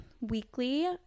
weekly